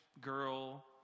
girl